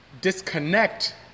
disconnect